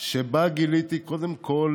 שבה גיליתי קודם כול